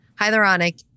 hyaluronic